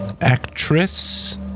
actress